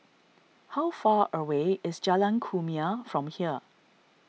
how far away is Jalan Kumia from here